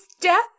death